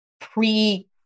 pre